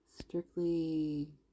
strictly